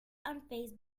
unfazed